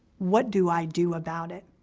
what do i do about it?